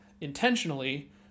intentionally